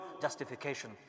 justification